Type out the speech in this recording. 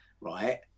right